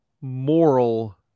moral